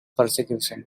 persecution